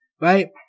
right